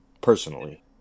personally